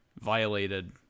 violated